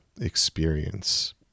experience